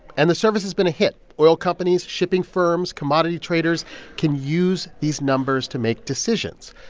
and the service has been a hit. oil companies, shipping firms, commodity traders can use these numbers to make decisions.